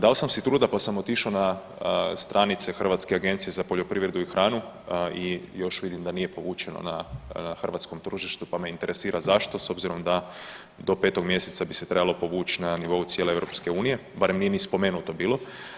Dao sam si truda pa sam otišao na stranice Hrvatske agencije za poljoprivredu i hranu i još vidim da još nije povučeno na hrvatskom tržištu pa me interesira zašto s obzirom da do 5. mjeseca bi se trebalo povući na nivou cijele EU, barem nije ni spomenuto bilo.